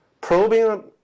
Probing